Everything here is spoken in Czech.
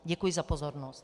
Děkuji za pozornost.